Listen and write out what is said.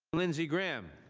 lindsey graham,